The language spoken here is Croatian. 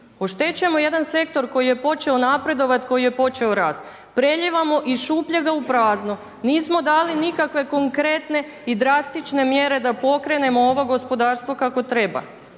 oštećujemo jedan sektor koji je počeo napredovati, koji je počeo rasti. Prelijevamo iz šupljega u prazno, nismo dali nikakve konkretne i drastične mjere da pokrenemo ovo gospodarstvo kako treba.